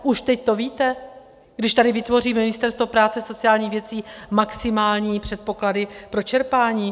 Už teď to víte, když tady vytvoří Ministerstvo práce a sociálních věcí maximální předpoklady pro čerpání?